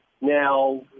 Now